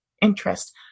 interest